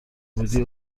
بودی